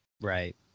Right